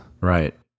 right